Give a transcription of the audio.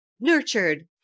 nurtured